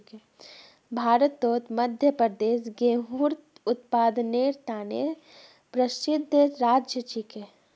भारतत मध्य प्रदेश गेहूंर उत्पादनेर त न प्रसिद्ध राज्य छिके